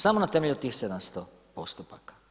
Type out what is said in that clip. Samo na temelju tih 700 postupaka.